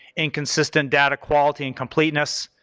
inconsistent data quality and completeness,